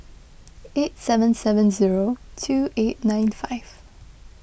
eight seven seven zero two eight nine five